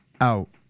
out